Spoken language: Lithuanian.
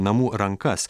namų rankas